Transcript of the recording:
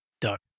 Duck